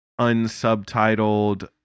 unsubtitled